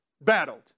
battled